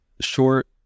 short